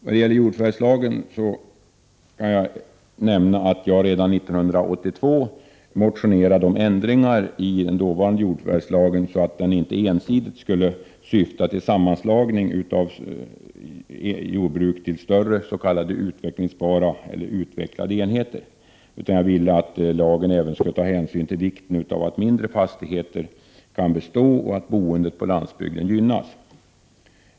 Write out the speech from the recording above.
Beträffande jordförvärvslagen kan jag nämna att jag redan 1982 motione+ rade om ändringar i den dåvarande jordförvärvslagen så att den inte ensidigt skulle syfta till sammanslagning till större s.k. utvecklingsbara eller utvecklaq de enheter, utan att lagen även skulle ta hänsyn till vikten av att mindre fastigheter kan bestå och boendet på landsbygden gynnas.